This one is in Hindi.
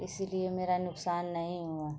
इसीलिए मेरा नुकसान नहीं हुआ